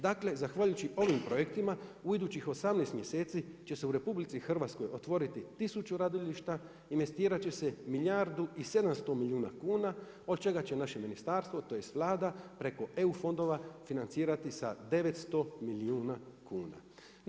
Dakle, zahvaljujući ovim projektima u idućih 18 mjeseci će se u RH otvoriti 1000 radilišta, investirat će se milijardu i 700 milijuna kuna od čega će naše ministarstvo, tj. Vlada preko EU fondova financirati sa 900 milijuna kuna.